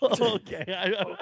Okay